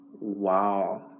Wow